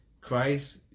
Christ